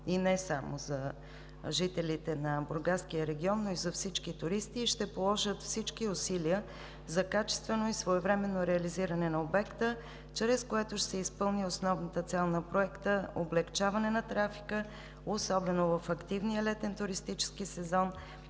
и не само за жителите му, но и за всички туристи и ще положат всички усилия за качествено и своевременно реализиране на обекта, чрез което ще се изпълни основната цел на Проекта – облекчаване на трафика, особено в активния летен туристически сезон,